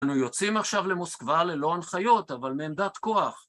אנחנו יוצאים עכשיו למוסקבה ללא הנחיות, אבל מעמדת כוח.